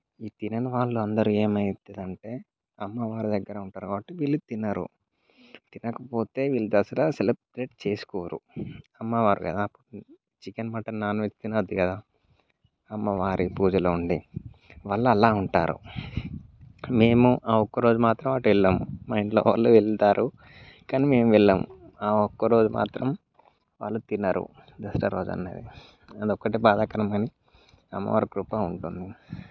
ఈ తినని వాళ్ళు అందరూ ఏమైతరు అంటే అమ్మవారి దగ్గర ఉంటారు కాబట్టి వీళ్ళు తినరు తినకపోతే వీళ్ళు దసరా సెలబ్రేట్ చేసుకోరు అమ్మవారు కదా చికెన్ మటన్ నాన్ వెజ్ తినద్దు కదా అమ్మవారి పూజలో ఉండి వాళ్ళలా ఉంటారు మేము ఆ ఒక్కరోజు మాత్రం అటెళ్ళము మా ఇంట్లో వాళ్ళు వెళ్తారు కానీ మేము వెళ్ళము ఆ ఒక్కరోజు మాత్రం వారు తినరు దసరా రోజు అనగా అది ఒకటే బాధాకరమని అమ్మవారి కృప ఉంటుంది